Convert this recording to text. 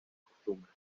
costumbre